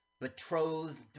betrothed